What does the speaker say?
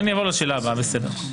אני אעבור לשאלה הבאה, בסדר.